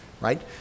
right